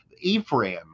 Ephraim